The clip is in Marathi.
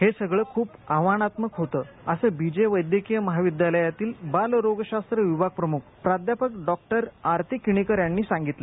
हे सगळं खूप आव्हानात्मक होतं असं बी जे वैद्यकीय महाविद्यालयातील बालरोगशास्त्र विभाग प्रमुख प्राध्यापक डॉक्टर आरती केणेकर यांनी सांगितलं